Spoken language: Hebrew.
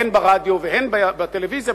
הן ברדיו והן בטלוויזיה,